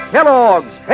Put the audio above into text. Kellogg's